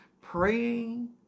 praying